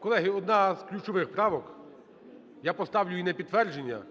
Колеги, одна з ключових правок. Я поставлю її на підтвердження.